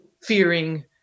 fearing